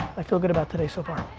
i feel good about today so far.